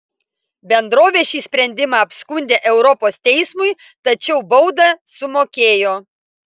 bendrovė šį sprendimą apskundė europos teismui tačiau baudą sumokėjo